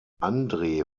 andre